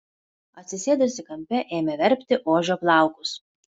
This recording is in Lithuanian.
atsisėdusi kampe ėmė verpti ožio plaukus